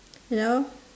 hello